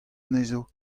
anezho